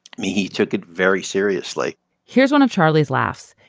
mean, he took it very seriously here's one of charlie's laughs.